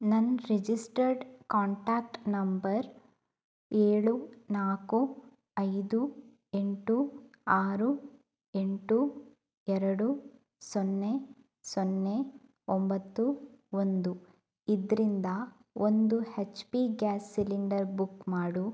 ನನ್ನ registered contact number ಏಳು ನಾಲ್ಕು ಐದು ಎಂಟು ಆರು ಎಂಟು ಎರಡು ಸೊನ್ನೆ ಸೊನ್ನೆ ಒಂಬತ್ತು ಒಂದು ಇದರಿಂದ ಒಂದು H P gas cylinder book ಮಾಡು